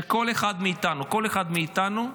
שכל אחד מאיתנו, כל אחד מאיתנו,